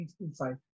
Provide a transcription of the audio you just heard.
inside